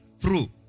true